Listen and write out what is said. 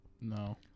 No